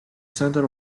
center